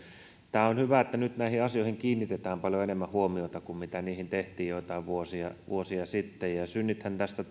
on hyvä että nyt näihin asioihin kiinnitetään paljon enemmän huomiota kuin tehtiin joitain vuosia vuosia sitten synnithän tästä